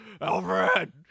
Alfred